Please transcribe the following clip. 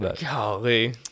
Golly